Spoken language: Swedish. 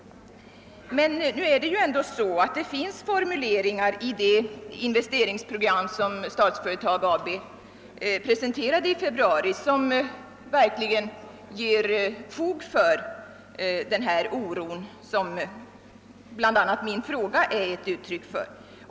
Men i det investeringsprogram som Statsföretag AB presenterade i februari fanns det formuleringar som verkligen ger fog för den oro som bl.a. min fråga är ett uttryck för.